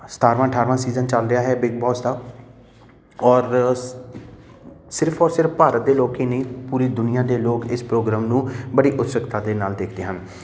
ਸਤਾਰਵਾਂ ਅਠਾਰਵਾਂ ਸੀਜ਼ਨ ਚੱਲ ਰਿਹਾ ਹੈ ਬਿੱਗ ਬੋਸ ਦਾ ਔਰ ਸ ਸਿਰਫ ਔਰ ਸਿਰਫ ਭਾਰਤ ਦੇ ਲੋਕ ਹੀ ਨਹੀਂ ਪੂਰੀ ਦੁਨੀਆਂ ਦੇ ਲੋਕ ਇਸ ਪ੍ਰੋਗਰਾਮ ਨੂੰ ਬੜੀ ਉਤਸੁਕਤਾ ਦੇ ਨਾਲ ਦੇਖਦੇ ਹਨ